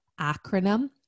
acronym